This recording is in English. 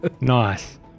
Nice